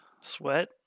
sweat